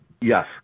Yes